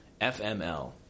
FML